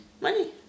money